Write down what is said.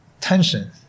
tension